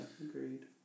agreed